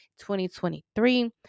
2023